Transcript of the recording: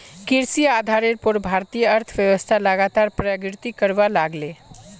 कृषि आधारेर पोर भारतीय अर्थ्वैव्स्था लगातार प्रगति करवा लागले